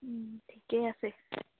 ঠিকেই আছে